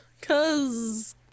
cause